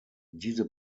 diese